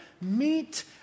meet